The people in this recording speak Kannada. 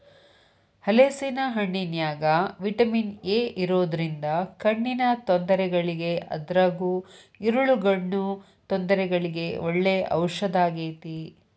ಹಲೇಸಿನ ಹಣ್ಣಿನ್ಯಾಗ ವಿಟಮಿನ್ ಎ ಇರೋದ್ರಿಂದ ಕಣ್ಣಿನ ತೊಂದರೆಗಳಿಗೆ ಅದ್ರಗೂ ಇರುಳುಗಣ್ಣು ತೊಂದರೆಗಳಿಗೆ ಒಳ್ಳೆ ಔಷದಾಗೇತಿ